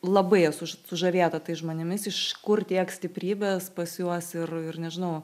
labai esu sužavėta tais žmonėmis iš kur tiek stiprybės pas juos ir ir nežinau